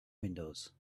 windows